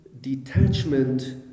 detachment